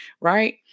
right